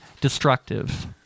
destructive